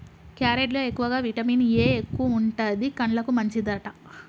carrot లో ఎక్కువగా vitamin A ఎక్కువుంటది, కండ్లకు మంచిదట